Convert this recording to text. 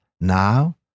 now